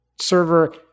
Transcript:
server